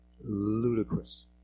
ludicrous